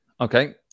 Okay